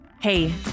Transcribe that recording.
Hey